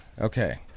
Okay